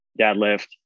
deadlift